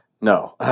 no